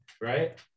right